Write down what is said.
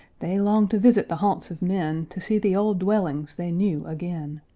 they long to visit the haunts of men, to see the old dwellings they knew again,